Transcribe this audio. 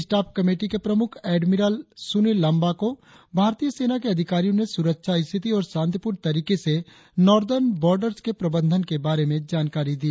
staff committee के प्रमुख admiral Sunil Lamba को भारतीय सेना के अधिकारियों ने सुरक्षा स्थिति और शांतिपूर्ण तरीके से नॉर्दन बॉडर्स के प्रबंध के बारे में जानकारी दी